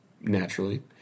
naturally